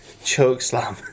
chokeslam